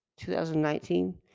2019